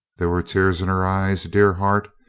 there were tears in her eyes, dear heart,